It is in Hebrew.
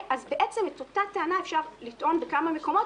את אותה טענה אפשר לטעון בכמה מקומות,